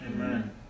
Amen